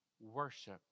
worship